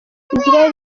israel